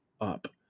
up